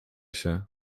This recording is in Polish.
się